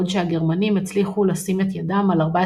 בעוד שהגרמנים הצליחו לשים את ידם על 14